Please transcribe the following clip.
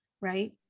right